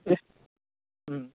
ಎಷ್ಟು ಹ್ಞೂ